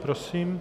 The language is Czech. Prosím.